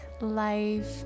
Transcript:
life